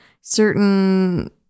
certain